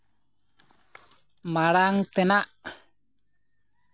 ᱢᱟᱬᱟᱝ ᱛᱮᱱᱟᱜ